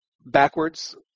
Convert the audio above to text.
backwards